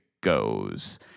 goes